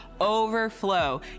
Overflow